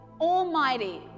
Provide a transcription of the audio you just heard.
almighty